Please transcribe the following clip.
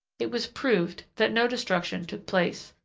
it was proved that no destruction took place,